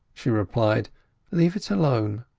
she replied leave it alone.